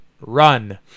run